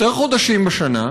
יותר חודשים בשנה,